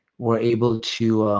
were able to